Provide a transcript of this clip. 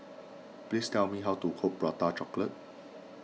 please tell me how to cook Prata Chocolate